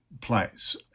place